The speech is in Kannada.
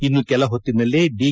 ಇನ್ನು ಕೆಲ ಹೊತ್ತಿನಲ್ಲೇ ದಿ